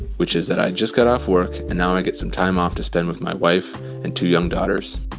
which is that i just got off work. and now i get some time off to spend with my wife and two young daughters